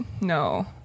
No